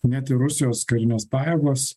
net ir rusijos karinės pajėgos